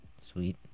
Sweet